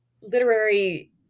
literary